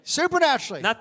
supernaturally